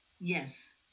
yes